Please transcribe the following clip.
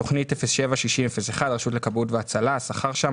תוכנית 07-60-01 הרשות לכבאות והצלה השכר שם,